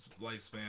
lifespan